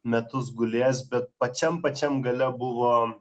metus gulės bet pačiam pačiam gale buvo